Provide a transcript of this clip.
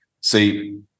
See